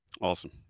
Awesome